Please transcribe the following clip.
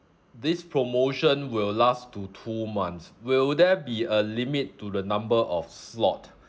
this promotion will last to two months will there be a limit to the number of slot